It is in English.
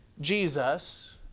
Jesus